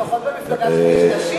לפחות במפלגה שלי יש נשים.